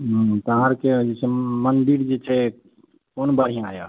हूँ पहाड़के जे मन्दिर छै से कोन बढ़िआँ यऽ